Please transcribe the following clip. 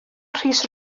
rhys